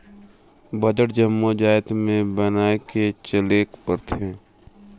budget जम्मो जाएत में बनाए के चलेक परथे